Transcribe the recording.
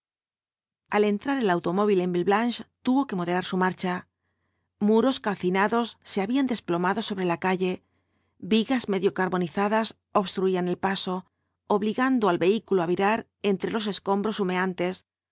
al entrar el automóvil en vi lleb lanche tuvo que moderar su marcha muros calcinados se habían desplomado sobre la calle vigas medio carbonizadas obstruían el v bulsgo ibáñbz paso obligando al vehículo á virar entre los escombros humeantes